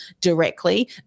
directly